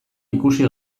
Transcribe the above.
ikusi